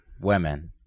Women